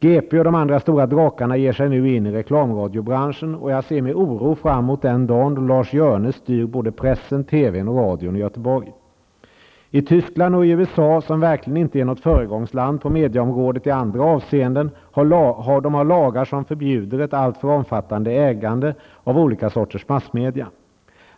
GP och de andra stora drakarna ger sig nu in i reklamradiobranschen, och jag ser med oro fram emot den dag då Lars Hjörne styr både pressen, TV I Tyskland och i USA -- som verkligen inte är föregångsland på medieområdet i andra avseenden -- har man lagar som förbjuder ett alltför omfattande ägande av olika sorters massmedia.